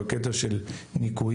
בקטע של ניכויים.